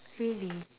really